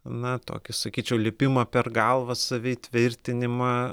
na tokį sakyčiau lipimą per galvą save įtvirtinimą